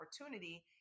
opportunity